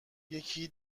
یکی